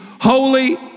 holy